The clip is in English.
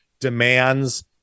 demands